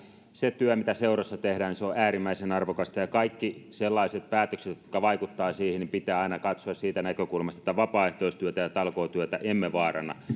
se työ mitä seuroissa tehdään on äärimmäisen arvokasta ja kaikki sellaiset päätökset jotka vaikuttavat siihen pitää aina katsoa siitä näkökulmasta että vapaaehtoistyötä ja talkootyötä emme vaaranna